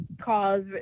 cause